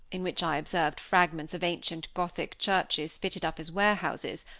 in which i observed fragments of ancient gothic churches fitted up as warehouses,